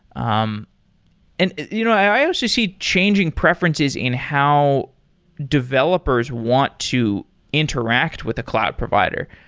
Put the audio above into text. um and you know i also see changing preferences in how developers want to interact with a cloud provider.